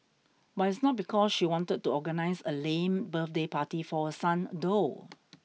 but it's not because she wanted to organise a lame birthday party for her son though